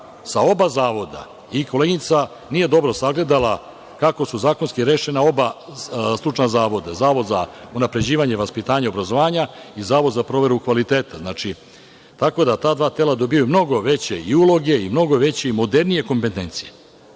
sa oba zavoda.I koleginica nije dobro sagledala kako su zakonski rešena oba stručna zavoda. Zavod za unapređivanje vaspitanja i obrazovanja i Zavod za proveru kvaliteta. Znači, tako da ta dva tela dobijaju mnogo veće uloge i veće i modernije kompetencije. Znači,